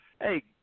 Hey